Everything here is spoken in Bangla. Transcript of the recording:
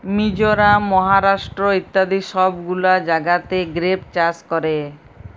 মিজরাম, মহারাষ্ট্র ইত্যাদি সব গুলা জাগাতে গ্রেপ চাষ ক্যরে